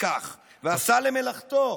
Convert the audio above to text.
יקח ועשה למלאכתו".